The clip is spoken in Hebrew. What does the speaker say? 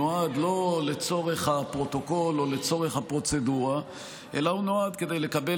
נועד לא לצורך הפרוטוקול או לצורך הפרוצדורה אלא כדי לקבל